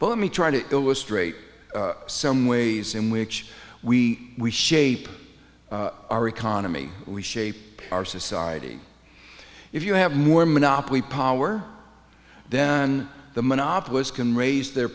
but let me try to illustrate some ways in which we shape our economy we shape our society if you have more monopoly power then the monopolist can raise their